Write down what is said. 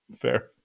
fair